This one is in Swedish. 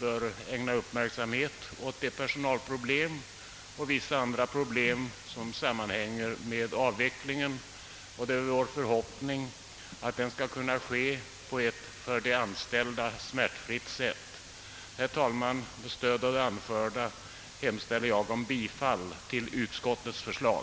bör ägna speciell uppmärksamhet åt de personalproblem och andra svårigheter som sammanhänger med den, och det är vår förhoppning att avvecklingen skall kunna genomföras på ett för de anställda smärtfritt sätt. Herr talman! Med stöd av det anförda hemställer jag om bifall till utskottets förslag.